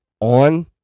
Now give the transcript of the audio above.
on